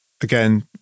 again